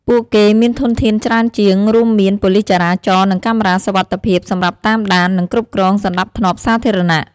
ពួកគេមានធនធានច្រើនជាង រួមមាន ប៉ូលិសចរាចរណ៍ និងកាមេរ៉ាសុវត្ថិភាព សម្រាប់តាមដាន និងគ្រប់គ្រងសណ្តាប់ធ្នាប់សាធារណៈ។